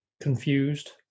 confused